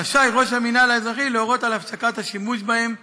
רשאי ראש המינהל האזרחי להורות על הפסקת השימוש בהם על-ידו.